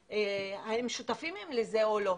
האם הם שותפים לזה או לא,